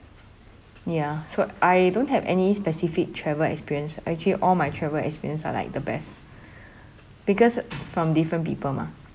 ya so I don't have any specific travel experience actually all my travel experience are like the best because from different people mah